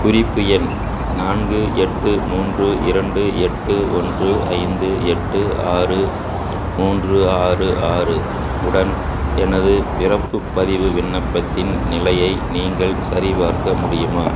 குறிப்பு எண் நான்கு எட்டு மூன்று இரண்டு எட்டு ஒன்று ஐந்து எட்டு ஆறு மூன்று ஆறு ஆறு உடன் எனது பிறப்பு பதிவு விண்ணப்பத்தின் நிலையை நீங்கள் சரிபார்க்க முடியுமா